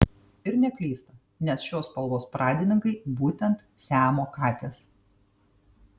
ir neklysta nes šios spalvos pradininkai būtent siamo katės